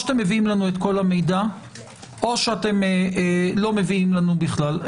או אתם מביאים לנו את כל המידע או אתם לא מביאים בכלל.